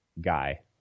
guy